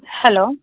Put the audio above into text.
hello